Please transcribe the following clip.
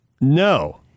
No